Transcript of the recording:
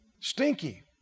stinky